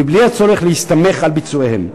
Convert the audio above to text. בלי הצורך להסתמך על ביצועיהם.